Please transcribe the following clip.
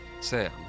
Sam